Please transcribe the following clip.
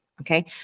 okay